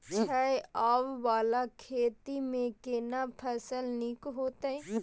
छै ॉंव वाला खेत में केना फसल नीक होयत?